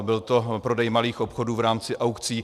Byl to prodej malých obchodů v rámci aukcí.